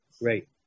great